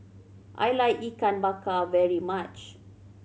I like Ikan Bakar very much